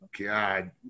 God